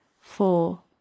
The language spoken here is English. Four